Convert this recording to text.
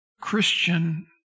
christian